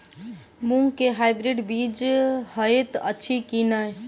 मूँग केँ हाइब्रिड बीज हएत अछि की नै?